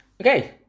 okay